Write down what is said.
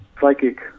psychic